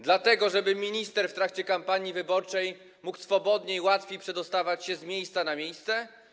Do tego, żeby minister w trakcie kampanii wyborczej mógł swobodniej, łatwiej przedostawać się z miejsca na miejsce?